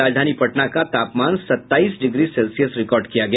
राजधानी पटना का तापमान सत्ताईस डिग्री सेल्सियस रिकॉर्ड किया गया